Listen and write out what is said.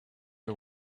are